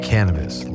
Cannabis